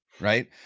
right